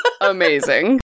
Amazing